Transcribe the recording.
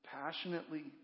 passionately